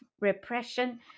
repression